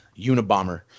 unabomber